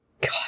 God